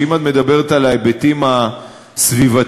שאם את מדברת על ההיבטים הסביבתיים,